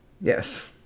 Yes